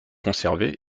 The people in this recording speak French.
conservé